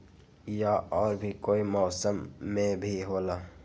या और भी कोई मौसम मे भी होला?